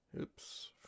oops